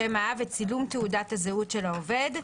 שם האב וצילום תעודת הזהות של העובד.